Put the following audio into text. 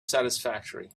satisfactory